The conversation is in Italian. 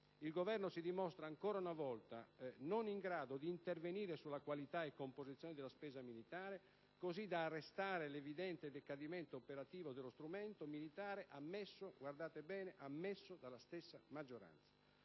Il Governo si dimostra, ancora una volta, non in grado di intervenire sulla qualità e sulla composizione della spesa militare, così da arrestare l'evidente decadimento operativo dello strumento militare, ammesso dalla stessa maggioranza.